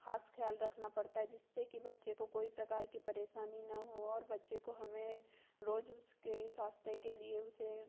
खास ख्याल रखना पड़ता है जिससे कि बच्चे को कोई प्रकार की परेशानी न हो और बच्चे को हमें रोज उसके स्वास्थ्य के लिए उसे